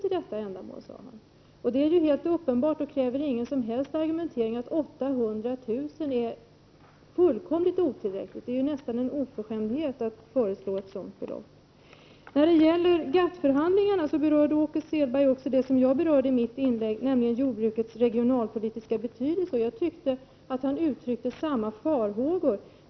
till detta ändamål, sade han. Det är helt uppenbart och kräver ingen som helst argumentering att 800 000 kr. är fullkomligt otillräckligt. Det är nästan en oförskämdhet att föreslå ett sådant belopp. Beträffande GATT-förhandlingarna berörde Åke Selberg också det som jag tog upp i mitt inlägg, nämligen jordbrukets regionalpolitiska betydelse, och jag tyckte att han uttryckte samma farhågor.